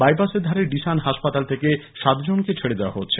বাইপাসের ধারে ডিসান হাসপাতাল থেকে সাতজনকে ছেড়ে দেওয়া হচ্ছে